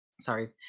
sorry